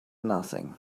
nothing